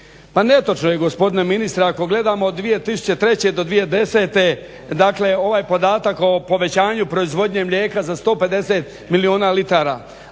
Pa netočno je gospodine ministre. Ako gledamo od 2003.do 2010.dakle ovaj podatak o povećanju proizvodnje mlijeka za 150 milijuna litara,